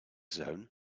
zone